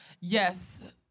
yes